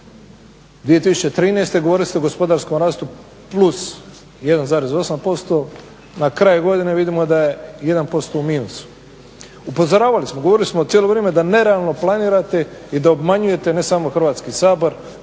2013.govorili ste o gospodarskom rastu plus 1,8%, na kraju godine vidimo da je 1% u minusu. Upozoravali smo i govorili smo cijelo vrijeme da nerealno planirate i da obmanjujete ne samo Hrvatski sabor